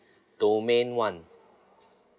domain one